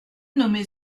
nommé